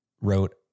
wrote